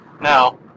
Now